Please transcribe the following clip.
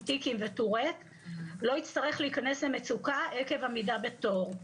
טיקים וטוראט לא יצטרך להיכנס למצוקה עקב עמידה בתור,